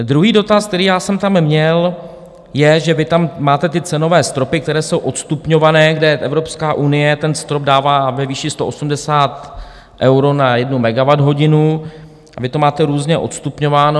Druhý dotaz, který já jsem tam měl, je, že vy tam máte cenové stropy, které jsou odstupňované, kde Evropská unie strop dává ve výši 180 euro na jednu megawatthodinu, a vy to máte různě odstupňováno.